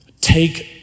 take